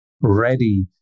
ready